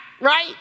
right